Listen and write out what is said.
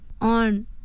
on